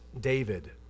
David